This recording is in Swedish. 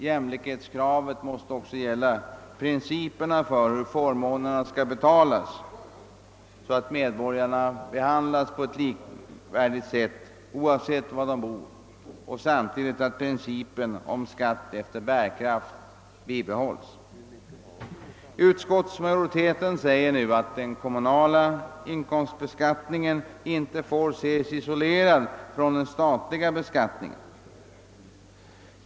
Kravet på jämlikhet måste också gälla principerna för hur förmånerna skall betalas, så att medborgarna behandlas på likvärdigt sätt oavsett var de bor och så att principen om skatt efter bärkraft upprätthålles. Utskottsmajoriteten anför nu att den kommunala inkomstbeskattningen inte får ses isolerad från den statliga beskattningen.